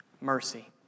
Mercy